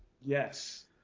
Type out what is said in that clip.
yes